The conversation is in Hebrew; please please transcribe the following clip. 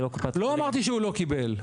לא אמרתי שהוא לא קיבל,